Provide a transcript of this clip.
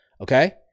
okay